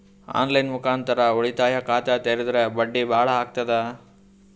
On line ಮುಖಾಂತರ ಉಳಿತಾಯ ಖಾತ ತೇರಿದ್ರ ಬಡ್ಡಿ ಬಹಳ ಅಗತದ?